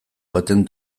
baten